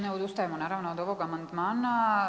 Ne odustajemo naravno od ovog amandmana.